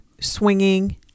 swinging